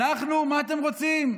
אנחנו, מה אתם רוצים?